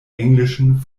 englischen